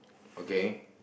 okay